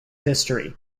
history